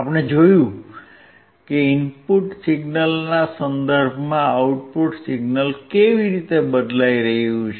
આપણે જોયું કે ઇનપુટ સિગ્નલના સંદર્ભમાં આઉટપુટ સિગ્નલ કેવી રીતે બદલાઈ રહ્યું છે